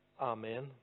Amen